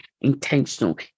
intentional